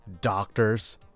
Doctors